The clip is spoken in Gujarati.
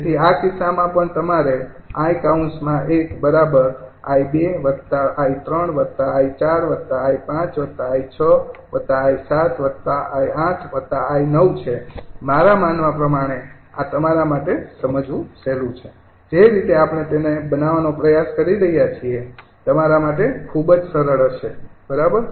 તેથી આ કિસ્સામાં પણ તમારે 𝐼૧𝑖૨𝑖૩𝑖૪𝑖૫𝑖૬ 𝑖૭𝑖૮𝑖૯ છે મારા માનવા પ્રમાણે આ તમારા માટે સમજવું સહેલું છે જે રીતે આપણે તેને બનાવવાનો પ્રયાસ કરી રહ્યાં છીએ તમારા માટે ખૂબ જ સરળ હશે બરાબર